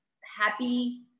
happy